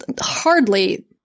hardly